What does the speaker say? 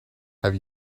have